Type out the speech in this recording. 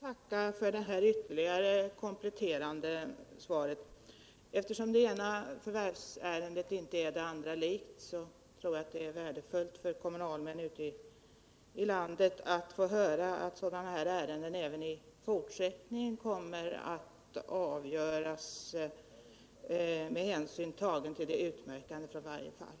Herr talman! Jag tackar för det kompletterande svaret. Eftersom det ena förvärvsärendet inte är det andra likt tror jag att det är värdefullt för kommunalmän ute i landet att få höra att sådana här ärenden även i fortsättningen kommer att avgöras med hänsyn tagen till det utmärkande för varje fall.